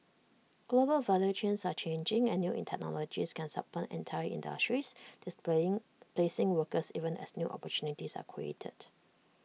global value chains are changing and new technologies can supplant entire industries displaying placing workers even as new opportunities are created